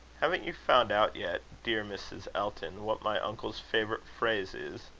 haven't you found out yet, dear mrs. elton, what my uncle's favourite phrase is?